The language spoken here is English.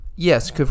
Yes